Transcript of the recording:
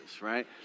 right